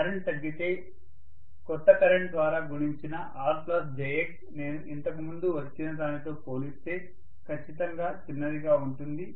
current తగ్గితే కొత్త current ద్వారా గుణించబడిన RjX నేను ఇంతకు ముందు వచ్చిన దానితో పోలిస్తే ఖచ్చితంగా చిన్నదిగా ఉంటుంది